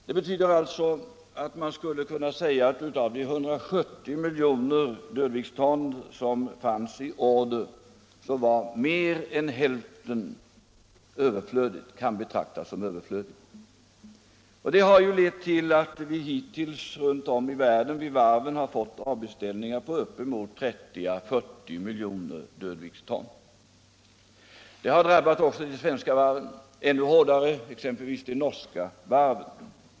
Man skulle alltså kunna säga att av de 170 miljoner dödviktston som fanns i order kunde mer än hälften betraktas som överflödigt. Detta har lett till att varven runt om i världen hittills fått avbeställningar på upp till 30-40 miljoner dödviktston. Detta har drabbat också de svenska varven, och — exempelvis — ännu hårdare de norska.